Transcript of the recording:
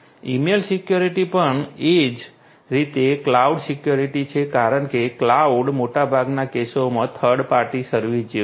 email security પણ એ જ રીતે ક્લાઉડ સિક્યુરિટી છે કારણ કે ક્લાઉડ મોટાભાગના કેસોમાં થર્ડ પાર્ટી સર્વિસ જેવું છે